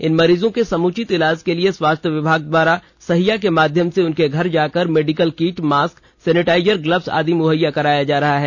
इन मरीजों के समुचित ईलाज के लिए स्वास्थ्य विभाग द्वारा सहिया के माध्यम से उनके घर जाकर medical kit mask sanitiser gloves आदि मुहैया कराए जा रहे हैं